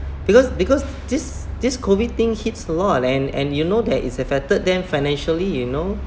because because this this COVID thing hits a lot and and you know that it's affected them financially you know